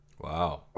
Wow